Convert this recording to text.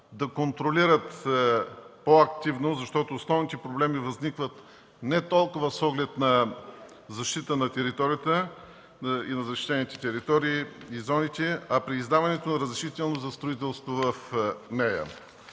да контролират по-активно, защото основните проблеми възникват не толкова с оглед на защита на територията и на защитените територии, и зоните, а при издаването на разрешително за строителство в нея.